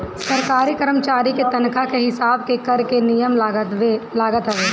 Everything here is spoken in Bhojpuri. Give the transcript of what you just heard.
सरकारी करमचारी के तनखा के हिसाब के कर के नियम लागत हवे